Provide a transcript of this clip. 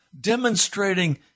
demonstrating